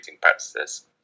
practices